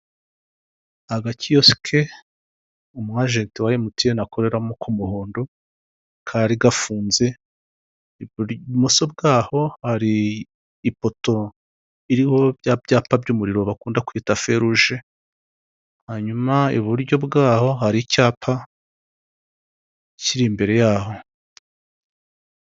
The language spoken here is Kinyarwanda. Agakiyosike umu ajenti wa mtn akoreramo k' umuhondo, kari gafunze ibimoso bwaho hari ipoto iriho bya byapa by' umuriro bakunda kwita feruje, hanyuma iburyo bwaho hari icyapa kiri imbere yaho.